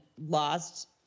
lost